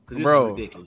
Bro